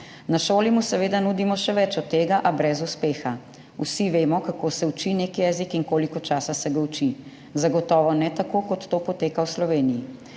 Na šoli mu seveda nudimo še več od tega, a brez uspeha. Vsi vemo, kako se uči nek jezik in koliko časa se ga uči. Zagotovo ne tako, kot to poteka v Sloveniji.